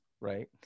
right